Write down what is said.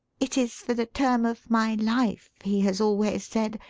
it is for the term of my life he has always said,